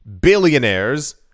billionaires